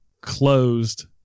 closed